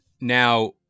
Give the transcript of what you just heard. Now